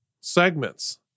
segments